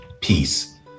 peace